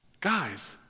guys